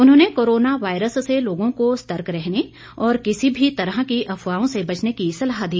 उन्होंने corona virus से लोगों को सर्तक रहने और किसी भी तरह की अफवाहों से बचने की सलाह दी